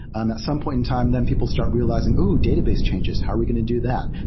and at some point in time, then people start realizing, ooh! database changes. how are we going to do that?